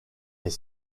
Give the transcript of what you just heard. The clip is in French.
est